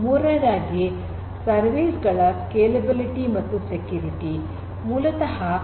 ಮೂರನೆಯದಾಗಿ ಸರ್ವಿಸ್ ಗಳ ಸ್ಕೇಲೆಬಿಲಿಟಿ ಮತ್ತು ಸೆಕ್ಯೂರಿಟಿ